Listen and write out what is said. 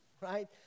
right